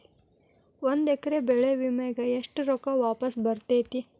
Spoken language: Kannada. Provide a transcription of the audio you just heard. ಒಂದು ಎಕರೆ ಬೆಳೆ ವಿಮೆಗೆ ಎಷ್ಟ ರೊಕ್ಕ ವಾಪಸ್ ಬರತೇತಿ?